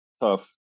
tough